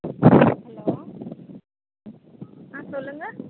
hello ஆ சொல்லுங்கள்